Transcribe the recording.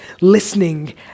listening